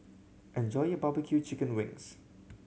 enjoy your barbecue chicken wings